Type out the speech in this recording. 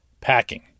packing